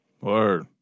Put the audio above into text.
word